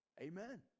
Amen